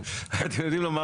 אתם יודעים לומר,